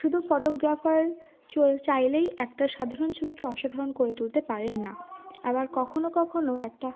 শুধু ফটোগ্রাফার চল চাইলেই একটা সাধারণ ছবিকে অসাধারণ করে তুলতে পারেন না আবার কখনও কখনও একটা